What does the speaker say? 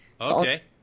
Okay